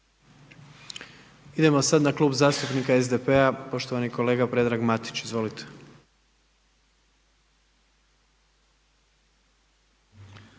Idemo sada na Klub zastupnika SDP-a poštovani kolega Predrag Matić. Izvolite.